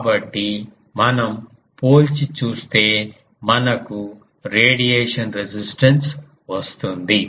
కాబట్టి మనం పోల్చి చూస్తే మనకు రేడియేషన్ రెసిస్టెన్స్ వస్తుంది